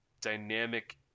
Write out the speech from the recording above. dynamic